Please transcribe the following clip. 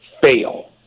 fail